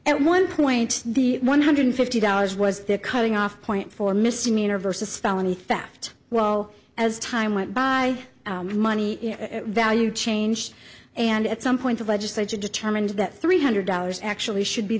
at one point the one hundred fifty dollars was the cutting off point for misdemeanor versus felony theft well as time went by and money value changed and at some point the legislature determined that three hundred dollars actually should be